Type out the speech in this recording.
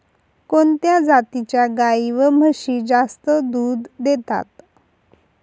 कोणत्या जातीच्या गाई व म्हशी जास्त दूध देतात?